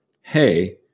hey